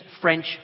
French